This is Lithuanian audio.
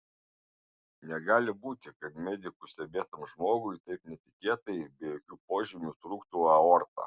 negali būti kad medikų stebėtam žmogui taip netikėtai be jokių požymių trūktų aorta